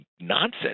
nonsense